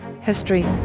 history